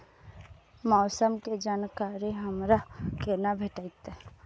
मौसम के जानकारी हमरा केना भेटैत?